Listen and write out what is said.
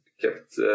kept